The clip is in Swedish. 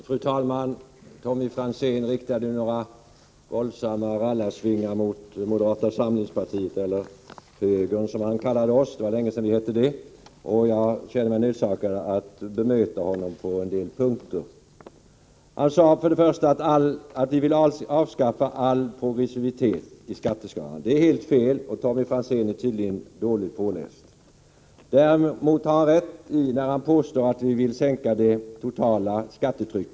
Fru talman! Tommy Franzén riktade några våldsamma rallarsvingar mot moderata samlingspartiet — eller högern som han kallade det, det var länge sedan partiet hette så —, varför jag känner mig nödsakad att bemöta honom på vissa punkter. Först sade han att vi ville avskaffa all progressivitet i skatteskalan, vilket är helt felaktigt. Tommy Franzén har tydligen läst på dåligt. Däremot har han rätt i påståendet att vi vill sänka det totala skattetrycket.